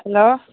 hello